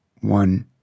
One